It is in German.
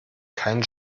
kein